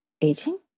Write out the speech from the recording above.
aging